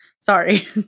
Sorry